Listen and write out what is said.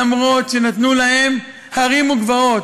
אף שנתנו להם הרים וגבעות.